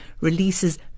releases